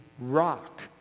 rock